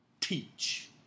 Teach